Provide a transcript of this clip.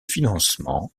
financement